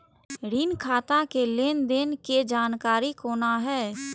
ऋण खाता के लेन देन के जानकारी कोना हैं?